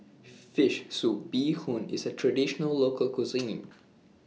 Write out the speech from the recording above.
Fish Soup Bee Hoon IS A Traditional Local Cuisine